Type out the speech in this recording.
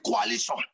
coalition